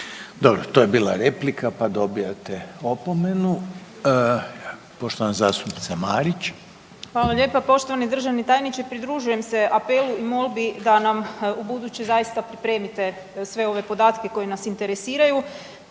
Dobro to je bila replika pa dobijate opomenu. Poštovana zastupnica Marić. **Marić, Andreja (SDP)** Hvala lijepa. Poštovani državni tajniče. Pridružujem se apelu i molbi da nam ubuduće zaista pripremite sve ove podatke koji nas interesiraju.